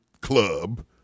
club